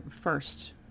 first